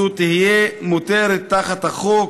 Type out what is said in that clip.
זו שתהיה מותרת בחוק,